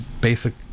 basic